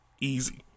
easy